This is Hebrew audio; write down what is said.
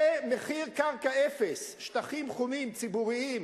במחיר קרקע אפס, שטחים חומים, ציבוריים,